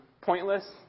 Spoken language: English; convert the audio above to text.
pointless